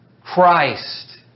Christ